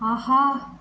ஆஹா